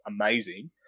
amazing